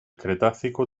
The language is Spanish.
cretácico